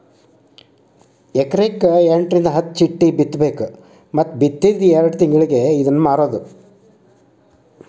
ಎಕರೆಕ ಎಂಟರಿಂದ ಹತ್ತ ಚಿಟ್ಟಿ ಬಿತ್ತಬೇಕ ಮತ್ತ ಬಿತ್ತಿದ ಎರ್ಡ್ ತಿಂಗಳಿಗೆ ಇದ್ನಾ ಮಾರುದು